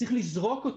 צריך לזרוק אותו.